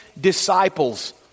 disciples